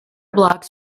blocks